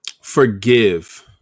forgive